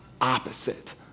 opposite